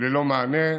ללא מענה.